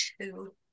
two